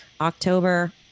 October